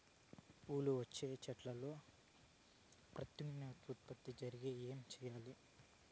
పూలు వచ్చే చెట్లల్లో ప్రత్యుత్పత్తి జరిగేకి ఏమి చేయాలి?